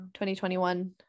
2021